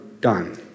done